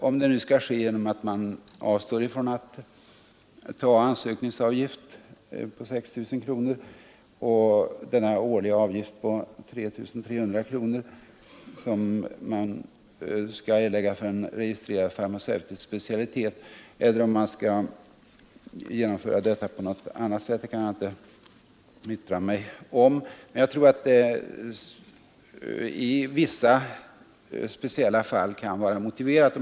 Om det skall ske genom att man avstår från att ta ut ansökningsavgiften på 6 000 kronor och den årliga avgift på 3 300 kronor — om detta blir aktuellt — som skall erläggas för en registrerad farmaceutisk specialitet eller om man skall genomföra det på något annat sätt kan jag inte yttra mig om, men jag tror att det i vissa speciella fall kan vara motiverat.